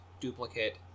duplicate